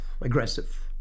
aggressive